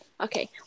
okay